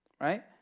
Right